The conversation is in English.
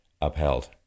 upheld